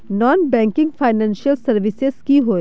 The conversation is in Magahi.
नॉन बैंकिंग फाइनेंशियल सर्विसेज की होय?